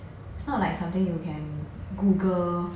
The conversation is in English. it's not like something you can google